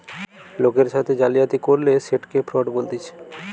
লোকের সাথে জালিয়াতি করলে সেটকে ফ্রড বলতিছে